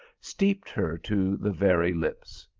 steeped her to the very lips.